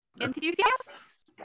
Enthusiasts